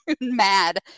mad